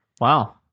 Wow